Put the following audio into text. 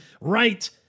right